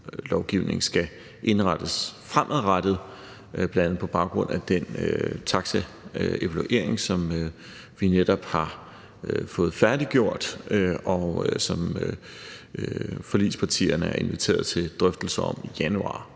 taxalovgivningen skal indrettes fremadrettet, bl.a. på baggrund af den taxaevaluering, som vi netop har fået færdiggjort, og som forligspartierne er inviteret til drøftelser om i januar,